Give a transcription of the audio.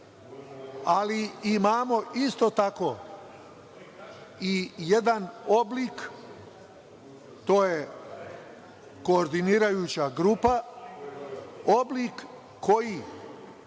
Ali, imamo isto tako i jedan oblik, to je koordinirajuća grupa, oblik koji